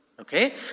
Okay